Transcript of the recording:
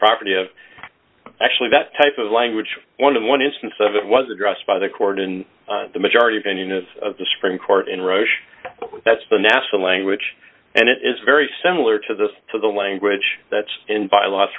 property of actually that type of language one of one instance of it was addressed by the court in the majority opinion of the supreme court in roche that's the national language and it is very similar to the to the language that's in